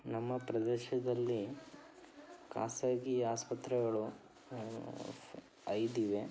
ನಮ್ಮ ಪ್ರದೇಶದಲ್ಲಿ ಖಾಸಗಿ ಆಸ್ಪತ್ರೆಗಳು ಐದಿವೆ